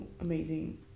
amazing